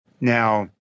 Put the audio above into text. Now